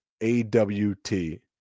A-W-T